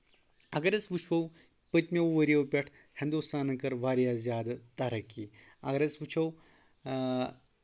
اگر أسۍ وٕچھو پٔتمیو ؤریو پؠٹھ ہندوستانن کٔر واریاہ زیادٕ ترقی اگر أسۍ وٕچھو اۭں